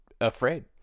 afraid